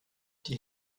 die